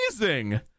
amazing